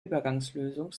übergangslösung